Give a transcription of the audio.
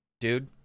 dude